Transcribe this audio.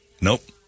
Nope